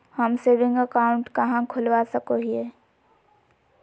हम saving account कहाँ खोलवा सको हियै?